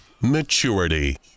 maturity